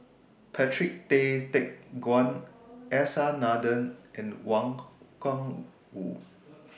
Patrick Tay Teck Guan S R Nathan and Wang Gungwu